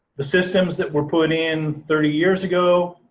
the systems that were put in thirty years ago,